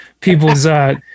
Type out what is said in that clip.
people's